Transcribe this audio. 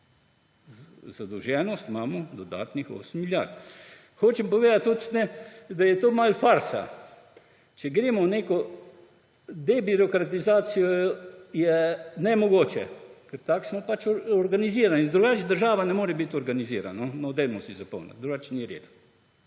zadolženost imamo za dodatnih 8 milijard. Hočem povedati, da je to malce farsa. Če se gremo neko debirokratizacijo, je nemogoče, ker smo pač tako organizirani, drugače država ne more biti organizirana, no, dajmo si zapomniti, drugače ni reda.